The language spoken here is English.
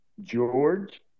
George